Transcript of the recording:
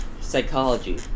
psychology